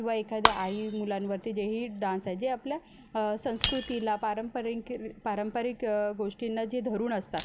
किंवा एखाद्या आई मुलांवरती जेही डान्स आहेत जे आपल्या संस्कृतीला पारंपरिक पारंपरिक गोष्टींना जे धरून असतात